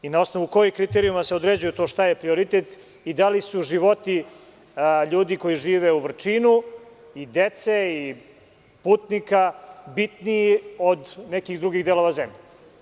Na osnovu kojih kriterijuma se određuje šta je to prioritet i da li su životi ljudi koji žive u Vrčinu, dece i putnika bitniji od nekih drugih delova zemlje?